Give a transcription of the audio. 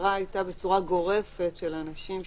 שההעברה היתה בצורה גורפת, של אנשים.